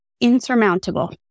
insurmountable